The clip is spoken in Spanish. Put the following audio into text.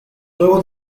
nuevos